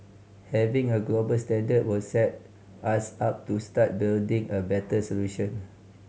having a global standard will set us up to start building a better solution